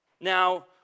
Now